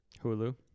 Hulu